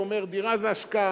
הוא אומר: דירה זו השקעה,